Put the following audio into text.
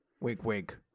Wig-wig